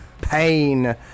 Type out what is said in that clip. pain